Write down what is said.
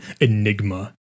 enigma